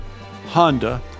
Honda